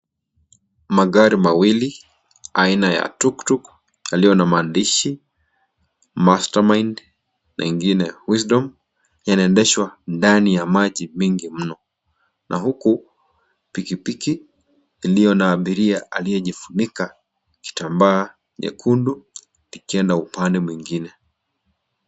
Magari mawili, aina ya tuktuk, yaliona mandishi, mastermind, na ingine, wisdom, yanaendeshwa dani ya maji mingi mno. Na huku pikipiki, iliyo na abiria, aliyejifunika, kitamba nyekundu, ikienda upande mwingine.